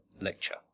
Lecture